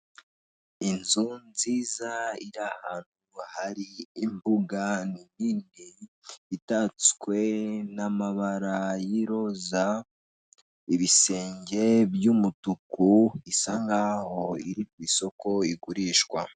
Inzu nziza iri ahantu hari imbuga nini, itatswe n'amabara y'iroza, ibisenge by'umutuku, isa n'aho iri ku isoko, igurishwa.